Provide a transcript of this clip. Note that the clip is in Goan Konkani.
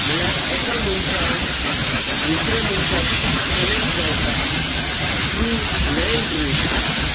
म्हळ्यार एका मनशाक दुसऱ्या मनशाक कनेक्ट जावपाक थ्रू लँड रूट